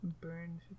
burn